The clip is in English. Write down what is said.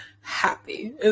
happy